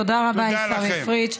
תודה רבה, עיסאווי פריג.